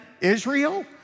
Israel